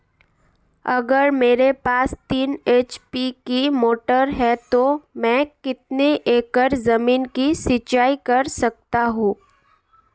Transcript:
अगर मेरे पास तीन एच.पी की मोटर है तो मैं कितने एकड़ ज़मीन की सिंचाई कर सकता हूँ?